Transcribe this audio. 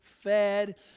fed